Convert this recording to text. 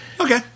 okay